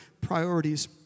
priorities